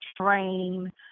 train